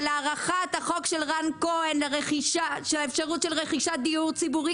הארכת החוק של רן כהן של האפשרות לרכישת דיור ציבורי,